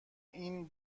این